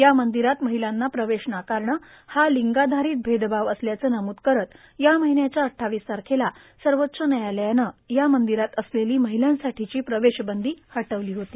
या र्मादरात र्माहलांना प्रवेश नाकारणं हा र्लिंगाधारत भेदभाव असल्याचं नमूद करत या र्माहन्याच्या अड्डावीस तारखेला सर्वाच्च न्यायालयानं या र्मांदरात असलेला र्माहलांसाठांची प्रवेशबंदां हटवलां होती